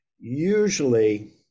Usually